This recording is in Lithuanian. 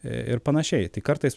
ir panašiai tai kartais